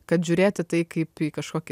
kad žiūrėt į tai kaip į kažkokį